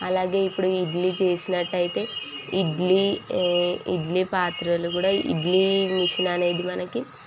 అలాగే ఇప్పుడు ఇడ్లీ చేసినట్టయితే ఇడ్లీ ఈ ఇడ్లీ పాత్రలు కూడా ఇడ్లీ మెషిన్ అనేది మనకి